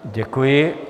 Děkuji.